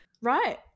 Right